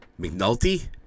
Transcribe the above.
McNulty